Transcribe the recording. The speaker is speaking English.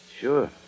Sure